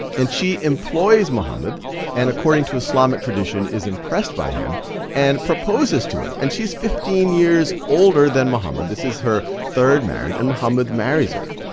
and she employs muhammad and according to islamic tradition, is impressed by him and proposes to him, and she's fifteen years older than muhammad. this is her third marriage, and muhammad marries her.